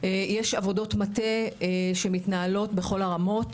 יש עבודות מטה שמתנהלות בכל הרמות